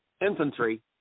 infantry